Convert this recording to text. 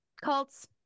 cults